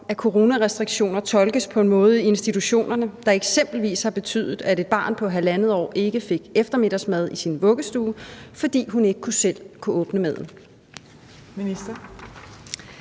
at coronarestriktioner tolkes på en måde i institutionerne, der eksempelvis har betydet, at et barn på halvandet år ikke fik eftermiddagsmad i sin vuggestue, fordi hun ikke selv kunne åbne maden? Kl.